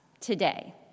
today